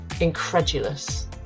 incredulous